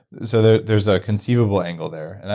so, there's a conceivable angle there. and